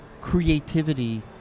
creativity